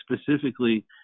specifically